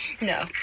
No